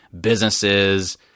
businesses